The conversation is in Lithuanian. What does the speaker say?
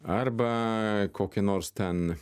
arba kokią nors ten